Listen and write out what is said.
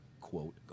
Quote